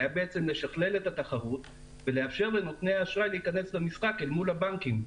היו לשכלל את התחרות ולאפשר לנותני האשראי להיכנס למשחק אל מול הבנקים.